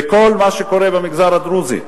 וכל מה שקורה במגזר הדרוזי.